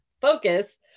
focus